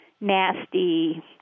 nasty